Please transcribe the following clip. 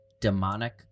demonic